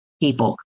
people